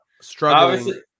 Struggling